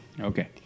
Okay